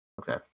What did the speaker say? Okay